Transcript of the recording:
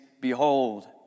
behold